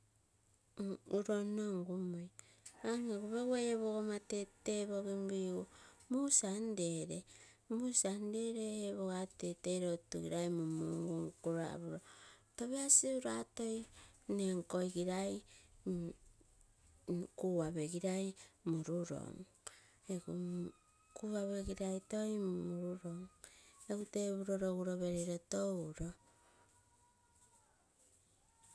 Uroo nno ngumui amo pegu-pegu nnege tepogimpigu muu sunday gere ei ee pogoma tetei lotugirai topias ura toi nenkoo igilai kaape girai murulom. Kuape girai toi murulom egu tepuroo perilo.